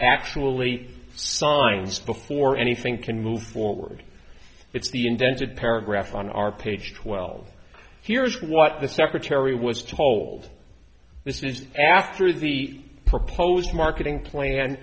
actually sometimes before anything can move forward it's the indented paragraph on our page twelve here is what the secretary was told this is after the proposed marketing plan